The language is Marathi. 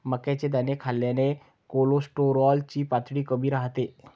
मक्याचे दाणे खाल्ल्याने कोलेस्टेरॉल ची पातळी कमी राहते